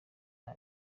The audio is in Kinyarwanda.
nta